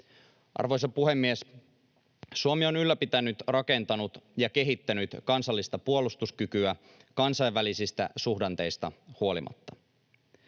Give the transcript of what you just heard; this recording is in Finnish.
Arvoisa puhemies! Suomi on ylläpitänyt, rakentanut ja kehittänyt kansallista puolustuskykyä kansainvälisistä suhdanteista huolimatta.